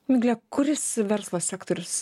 migle kuris verslo sektorius